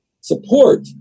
support